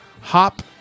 hop